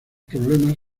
problemas